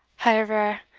however,